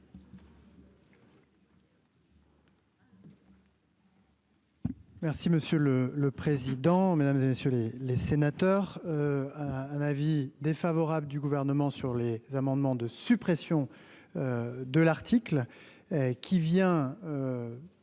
Merci monsieur le le président, mesdames et messieurs les les sénateurs un avis défavorable du Gouvernement sur les amendements de suppression de l'article qui vient